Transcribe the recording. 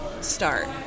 start